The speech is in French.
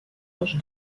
roche